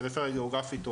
פריפריה גאוגרפית,